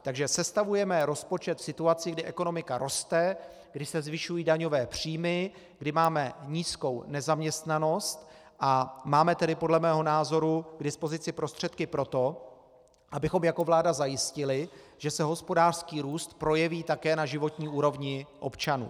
Takže sestavujeme rozpočet v situaci, kdy ekonomika roste, kdy se zvyšují daňové příjmy, kdy máme nízkou nezaměstnanost, a máme tedy podle mého názoru k dispozici prostředky pro to, abychom jako vláda zajistili, že se hospodářský růst projeví také na životní úrovni občanů.